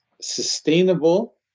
sustainable